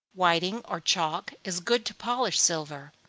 whiting or chalk is good to polish silver.